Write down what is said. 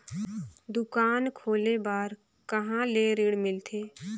दुकान खोले बार कहा ले ऋण मिलथे?